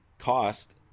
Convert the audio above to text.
cost